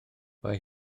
mae